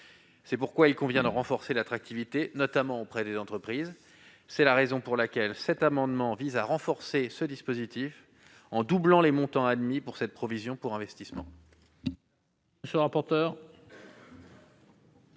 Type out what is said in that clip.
C'est pourquoi il convient d'en renforcer l'attractivité, notamment auprès des entreprises. Le présent amendement vise à renforcer ce dispositif en doublant les montants admis pour cette provision. Quel est